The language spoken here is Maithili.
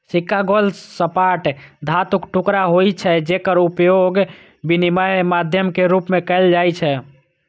सिक्का गोल, सपाट धातुक टुकड़ा होइ छै, जेकर उपयोग विनिमय माध्यम के रूप मे कैल जाइ छै